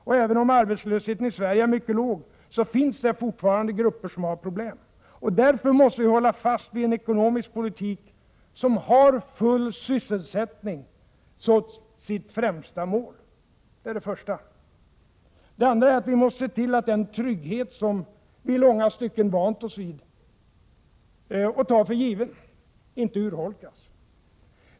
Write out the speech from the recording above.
Och även om arbetslösheten i Sverige är mycket låg, finns det fortfarande grupper som har problem. Därför måste vi hålla fast vid en ekonomisk politik som har full sysselsättning som sitt främsta mål. Det är det första. Det andra är att vi måste se till att den trygghet som vi i långa stycken vant oss vid och tar för given inte urholkas.